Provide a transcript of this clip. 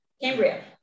cambria